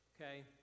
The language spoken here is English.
Okay